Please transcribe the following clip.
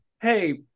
hey